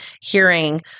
hearing